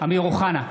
אמיר אוחנה,